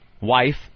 wife